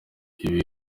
ibi